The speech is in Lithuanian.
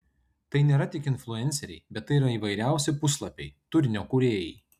tai nėra tik influenceriai bet tai yra įvairiausi puslapiai turinio kūrėjai